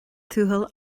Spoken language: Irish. tuathail